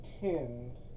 tins